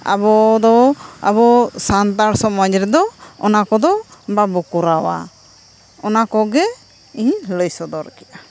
ᱟᱵᱚᱫᱚ ᱟᱵᱚ ᱥᱟᱱᱛᱟᱲ ᱥᱚᱢᱟᱡᱽ ᱨᱮᱫᱚ ᱚᱱᱟ ᱠᱚᱫᱚ ᱵᱟᱵᱚ ᱠᱚᱨᱟᱣᱟ ᱚᱱᱟ ᱠᱚᱜᱮ ᱤᱧᱤᱧ ᱞᱟᱹᱭ ᱥᱚᱫᱚᱨ ᱠᱮᱫᱼᱟ